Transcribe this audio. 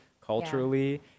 culturally